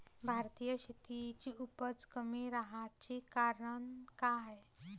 भारतीय शेतीची उपज कमी राहाची कारन का हाय?